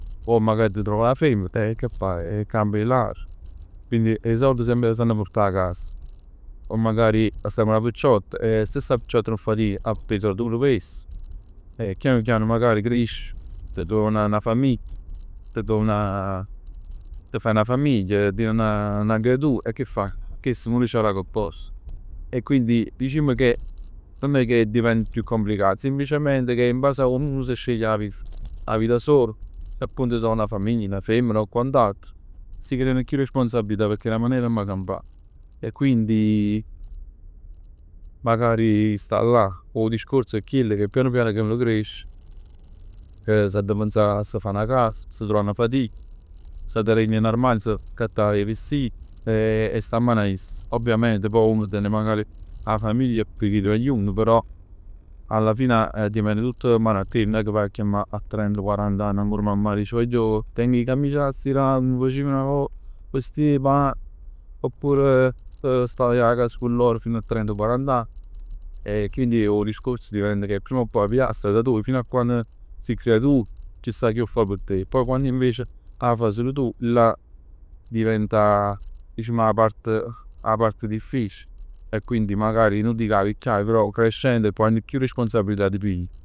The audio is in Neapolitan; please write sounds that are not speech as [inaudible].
Pò magari t' truov 'na femmena e che fai? Capi 'e aria? Quindi 'e sord semp s'anna putà 'a casa, poi magari 'a sta cu 'na picciotta e si sta picciott nun fatic 'a purtà 'e sord pur p' essa. E chian chian magari cresc, t' truov 'na famigl. T' truov 'na, t' faje 'na famiglia, tien tien 'na creatura e che faje? Chest pur c' 'a dà coccos e quindi dicimm che, nun è che diventa chiù complicato, semplicemente che in base a come uno s' sceglie a vita. 'A vita sola e punta a truvà 'na famiglia, 'na femmena o quant'altro. Si creano chiù responsabilità pecchè 'e 'na maner 'amma campà. E quindi [hesitation] magari sta là 'o discorso è chell. Che piaano piano che uno cresce, s'adda pensà a fa 'na casa, s' truvà 'na fatica, s'adda regne n'armadio, s'adda accattà 'e vestiti e sta 'mmano a iss. Ovviamente pò uno tene magari 'a famiglia che t'aiuta però alla fine dipende tutto 'mmano a te, nun è che vaje a chiamà a trenta quarant'anni ancora a mammà. Dici vagliò teng 'e cammis da stirà come facev 'na vot, mi stiri 'e pann? Oppure staje a casa cu loro fino a trenta quarant'anni e quindi 'o discorso diventa che prima o poi uno adda piglià 'a strada soja. Fino a quando sì creatur ci sta chi 'o fa p' te, pò quann invece 'a fa sul tu, là diventa dicimm 'a parte, 'a parte difficile e quindi magari nun dico 'a vecchiaia, però crescenn quante chiù responsabilità ti pigli.